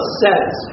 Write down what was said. says